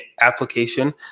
application